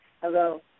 Hello